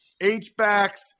H-backs